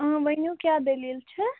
ؤنِو کیٛاہ دٔلیٖل چھِ